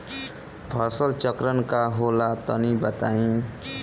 फसल चक्रण का होला तनि बताई?